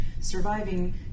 surviving